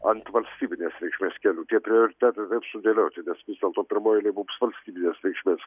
ant valstybinės reikšmės kelių tie prioritetai taip sudėlioti nes vis dėlto pirmoj eilėj mums valstybinės reikšmės